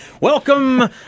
Welcome